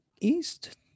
East